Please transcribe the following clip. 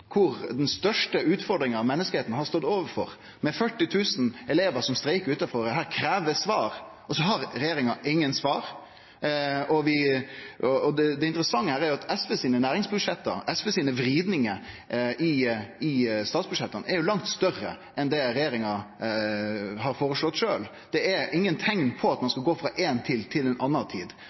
den største utfordringa menneska har stått overfor, med 40 000 elevar som streikar utanfor her og krev svar, og så har regjeringa ingen svar. Det interessante her er at næringsbudsjetta til SV, vridingane til SV i statsbudsjetta, er langt større enn det regjeringa sjølv har føreslått. Det er ingen teikn på at ein skal gå frå ei tid til ei anna tid.